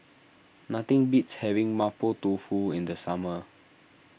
nothing beats having Mapo Tofu in the summer